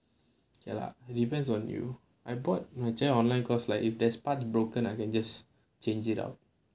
ya lah depends on you I bought my chair online because like if there's part broken I can just change it out